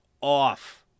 off